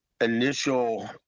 initial